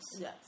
Yes